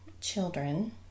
children